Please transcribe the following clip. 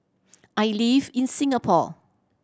I live in Singapore